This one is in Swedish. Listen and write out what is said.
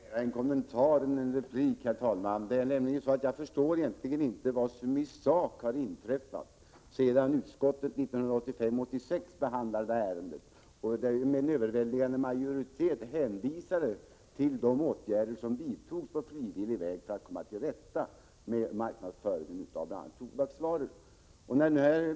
Herr talman! Jag vill snarare göra en kommentar till Lennart Anderssons anförande än replikera på det. Jag förstår egentligen inte vad som i sak har inträffat sedan utskottet 1985/86 behandlade ärendet. Då hänvisade utskottet, med en överväldigande majoritet, till de åtgärder som vidtogs på frivillig väg för att komma till rätta med marknadsföringen av bl.a. tobaksvaror.